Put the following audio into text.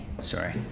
Sorry